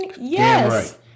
yes